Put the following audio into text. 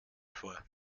vor